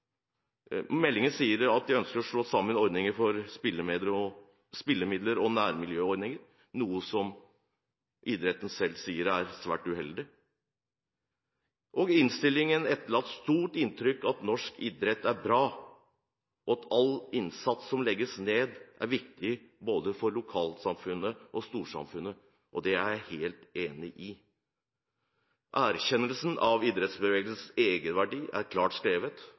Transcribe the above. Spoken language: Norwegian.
for ordinære spillemidler og nærmiljøordningen, noe som idretten selv sier er svært uheldig. Innstillingen etterlater et sterkt inntrykk av at norsk idrett er bra, og at all innsats som legges ned, er viktig både for lokalsamfunnet og for storsamfunnet. Det er jeg helt enig i. Erkjennelsen av idrettsbevegelsens egenverdi er klart